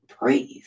breathe